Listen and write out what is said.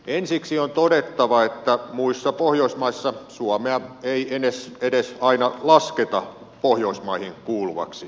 ensiksi on todettava että muissa pohjoismaissa suomea ei edes aina lasketa pohjoismaihin kuuluvaksi